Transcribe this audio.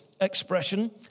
expression